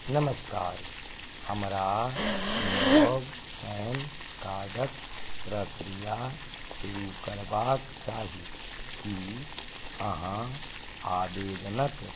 नमस्कार हमरा नव पैन कार्डक प्रक्रिया शुरू करबाक चाही की अहाँ आबेदनक